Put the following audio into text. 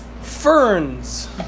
ferns